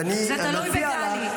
זה תלוי בגלי.